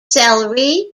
celery